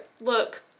look